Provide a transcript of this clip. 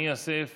ההצעה